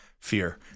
Fear